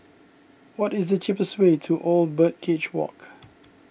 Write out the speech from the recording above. what is the cheapest way to Old Birdcage Walk